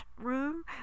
room